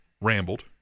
rambled